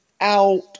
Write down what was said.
out